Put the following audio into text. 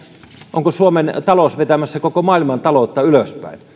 onko suomen talous vetämässä koko maailmantaloutta ylöspäin